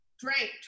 drank